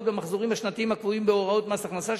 במחזורים השנתיים הקבועים בהוראות מס הכנסה,